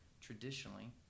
traditionally